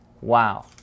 Wow